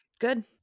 Good